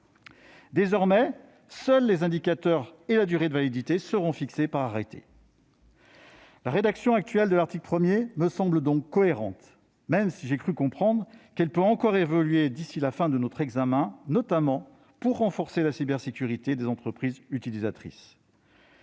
Désormais, seuls les indicateurs et la durée de validité devraient être fixés par arrêté. La rédaction actuelle de l'article 1 me semble donc cohérente, même si j'ai cru comprendre qu'elle pouvait encore évoluer d'ici à la fin de notre examen, notamment pour renforcer la cybersécurité des entreprises utilisatrices.